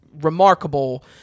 remarkable